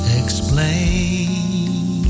explain